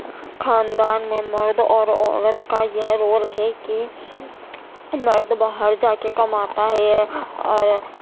خاندان میں مرد اور عورت کا یہ رول ہے کہ مرد باہر جا کے کماتا ہے اور